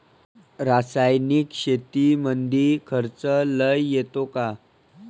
रासायनिक शेतीमंदी खर्च लई येतो का?